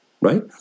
right